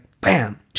bam